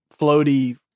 floaty